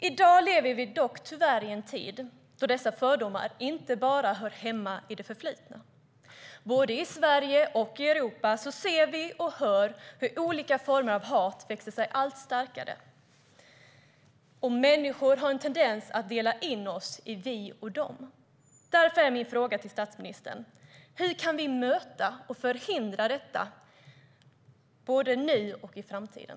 I dag lever vi tyvärr i en tid då dessa fördomar inte bara hör till det förflutna. Både i Sverige och i Europa ser och hör vi hur olika former av hat växer sig allt starkare. Människor har en tendens att dela in sig i "vi och de". Därför är min fråga till statsministern: Hur kan vi möta och förhindra detta, både nu och i framtiden?